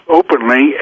openly